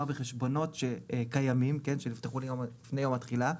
כלומר, חשבונות קיימים, שנפתחו לפני יום התחילה,